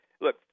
look